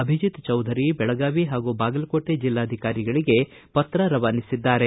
ಅಭಿಜಿತ್ ಚೌಧರಿ ಬೆಳಗಾವಿ ಹಾಗೂ ಬಾಗಲಕೋಟೆ ಜೆಲ್ಲಾಧಿಕಾರಿಗಳಿಗೆ ಪತ್ರ ರವಾನಿಸಿದ್ದಾರೆ